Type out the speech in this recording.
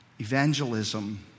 Evangelism